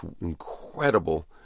incredible